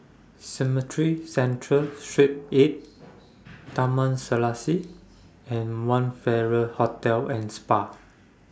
Cemetry Central Street eight Taman Serasi and one Farrer Hotel and Spa